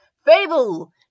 Fable